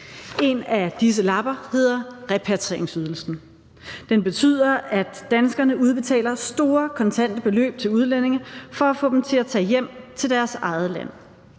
En af disse lapper hedder repatrieringsydelsen. Den betyder, at danskerne udbetaler store kontantbeløb til udlændinge for at få dem til at tage hjem til deres eget land